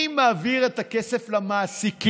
אני מעביר את הכסף למעסיקים,